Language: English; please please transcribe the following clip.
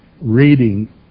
reading